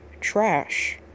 trash